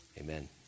amen